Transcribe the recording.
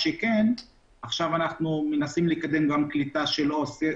אנחנו מנסים לקדם גם קליטה של עובדים